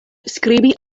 skribi